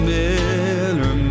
Miller